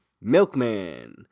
Milkman